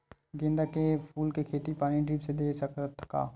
गेंदा फूल के खेती पानी ड्रिप से दे सकथ का?